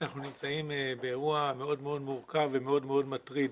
אנחנו נמצאים באירוע מאוד מאוד מורכב ומאוד מאוד מטריד